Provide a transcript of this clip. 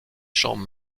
champs